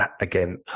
again